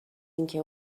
اینکه